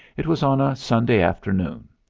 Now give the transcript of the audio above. it was on a sunday afternoon.